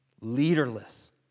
leaderless